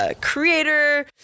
Creator